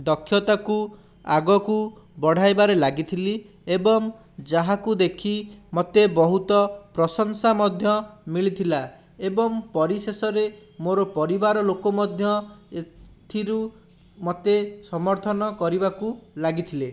ଦକ୍ଷତାକୁ ଆଗକୁ ବଢ଼ାଇବାରେ ଲାଗିଥିଲି ଏବଂ ଯାହାକୁ ଦେଖି ମୋତେ ବହୁତ ପ୍ରଶଂସା ମଧ୍ୟ ମିଳିଥିଲା ଏବଂ ପରିଶେଷରେ ମୋର ପରିବାର ଲୋକ ମଧ୍ୟ ଏଥିରୁ ମୋତେ ସମର୍ଥନ କରିବାକୁ ଲାଗିଥିଲେ